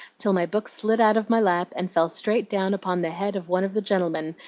till my book slid out of my lap and fell straight down upon the head of one of the gentlemen,